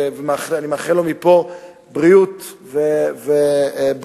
ואני מאחל לו מפה בריאות וגם,